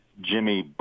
jimmy